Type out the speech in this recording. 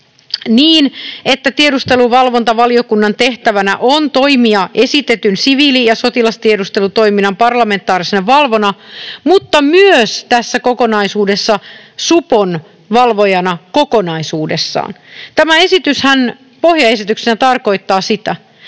niin, että tiedusteluvalvontavaliokunnan tehtävänä on toimia esitetyn siviili- ja sotilastiedustelutoiminnan parlamentaarisena valvojana mutta myös tässä kokonaisuudessa supon valvojana kokonaisuudessaan. Tämä esityshän pohjaesityksenä tarkoittaa sitä,